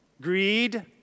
greed